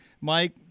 Mike